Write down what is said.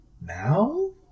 Now